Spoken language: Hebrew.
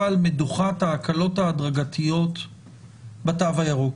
על מדוכת הקלות ההדרגתיות בתו הירוק.